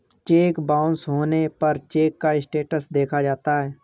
check bounce होने पर cheque का स्टेटस देखा जाता है